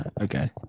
Okay